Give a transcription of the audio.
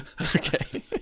Okay